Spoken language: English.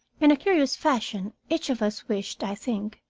in a curious fashion, each of us wished, i think,